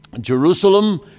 Jerusalem